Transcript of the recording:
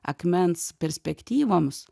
akmens perspektyvoms